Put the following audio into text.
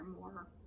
more